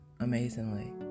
amazingly